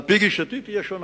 על-פי גישתי, תהיה שונה.